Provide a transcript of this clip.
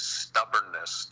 stubbornness